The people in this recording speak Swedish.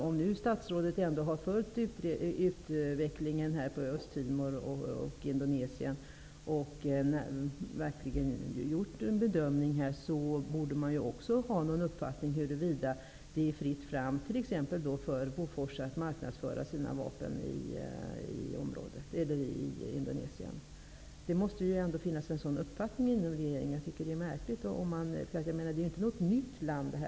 Om statsrådet har följt utvecklingen på Östtimor och i Indonesien borde statsrådet också ha en uppfattning huruvida det är fritt fram för t.ex. Bofors att marknadsföra sina vapen i Indonesien. Det måste ju ändå finnas en uppfattning om detta i regeringen. Detta är ju inte något nytt land.